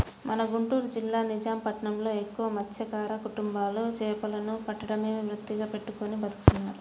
మన గుంటూరు జిల్లా నిజాం పట్నంలో ఎక్కువగా మత్స్యకార కుటుంబాలు చేపలను పట్టడమే వృత్తిగా పెట్టుకుని బతుకుతున్నారు